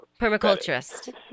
Permaculturist